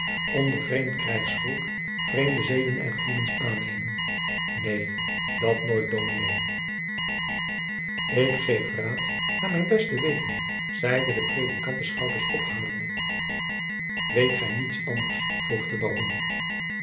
onder vreemd krijgsvolk vreemde zeden en gevoelens aannemen neen dat nooit dominé ik geef raad naar mijn beste weten zeide de predikant de schouders ophalende weet gij niets anders vroeg de baron